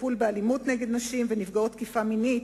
בטיפול באלימות נגד נשים ובתקיפה מינית,